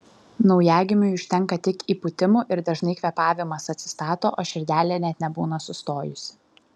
naujagimiui užtenka tik įpūtimų ir dažnai kvėpavimas atsistato o širdelė net nebūna sustojusi